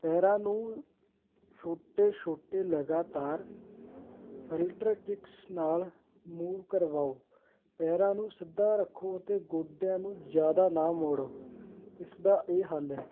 ਪੈਰਾਂ ਨੂੰ ਛੋਟੇ ਛੋਟੇ ਲਗਾਤਾਰ ਫਿਲਟਰ ਕਿਕਸ ਨਾਲ ਮੂਵ ਕਰਵਾਓ ਪੈਰਾਂ ਨੂੰ ਸਿੱਧਾ ਰੱਖੋ ਅਤੇ ਗੋਡਿਆਂ ਨੂੰ ਜ਼ਿਆਦਾ ਨਾ ਮੋੜੋ ਇਸ ਦਾ ਇਹ ਹੱਲ ਹੈ